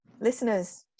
Listeners